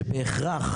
שבהכרח,